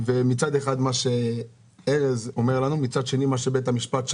מצד אחד מה שאומר ארז ומצד שני דבר בית המשפט,